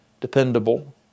dependable